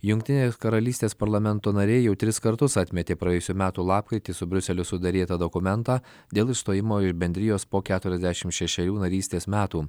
jungtinės karalystės parlamento nariai jau tris kartus atmetė praėjusių metų lapkritį su briuseliu suderėtą dokumentą dėl išstojimo iš bendrijos po keturiasdešim šešerių narystės metų